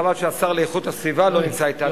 וחבל שהשר להגנת הסביבה לא נמצא אתנו,